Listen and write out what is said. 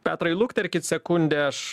petrai lukterkit sekundę aš